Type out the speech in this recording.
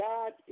God